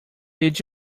did